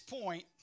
point